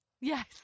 yes